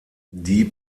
die